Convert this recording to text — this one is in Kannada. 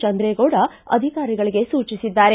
ಚಂದ್ರೇಗೌಡ ಅಧಿಕಾರಿಗಳಿಗೆ ಸೂಚಿಸಿದ್ದಾರೆ